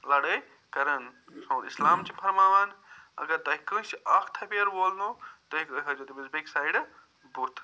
لڑٲے کَرن سو اِسلام چھِ فرماوان اگر تۄہہِ کٲنٛسہِ اکھ تھاپیر وولنو تُہۍ ہٲیزیو تٔمِس بیٚکہِ سایڈٕ بُتھ